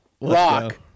Rock